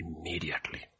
immediately